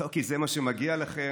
לא כי זה מה שמגיע לכם.